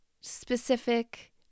specific